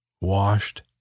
washed